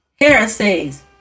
heresies